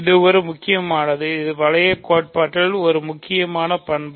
இது ஒரு முக்கியமானது இது வளையக் கோட்பாட்டில் ஒரு முக்கியமான பண்பு